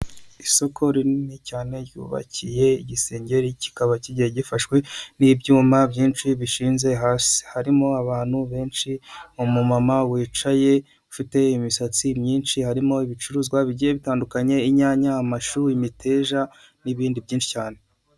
Isoko rinini cyane ryubakiye igisengeri kikaba kigiye gifashwe n'ibyuma byinshi bishinze hasi harimo abantu benshi umu mama wicaye ufite imisatsi myinshi harimo ibicuruzwa bigiye bitandukanye inyanya amashu imiteja n'ibindi byinshi cyane.